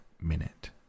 minute